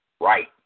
right